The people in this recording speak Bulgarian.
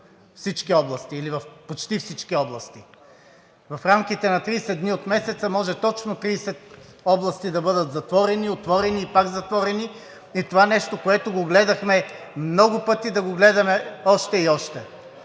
всички области или в почти всички области. В рамките на 30 дни от месеца може точно 30 области да бъдат затворени, отворени и пак затворени, и това нещо, което го гледахме много пъти, да го гледаме още и още.